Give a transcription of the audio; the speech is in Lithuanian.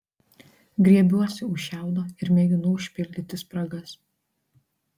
griebiuosi už šiaudo ir mėginu užpildyti spragas